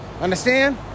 Understand